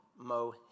Mo